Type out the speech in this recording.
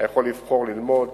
היכול לבחור ללמוד